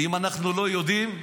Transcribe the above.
ואם אנחנו לא יודעים,